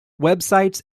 websites